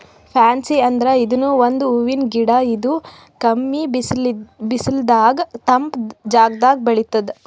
fancy ಅಂದ್ರ ಇದೂನು ಒಂದ್ ಹೂವಿನ್ ಗಿಡ ಇದು ಕಮ್ಮಿ ಬಿಸಲದಾಗ್ ತಂಪ್ ಜಾಗದಾಗ್ ಬೆಳಿತದ್